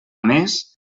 més